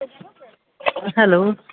hello